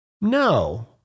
No